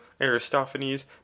Aristophanes